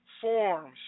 forms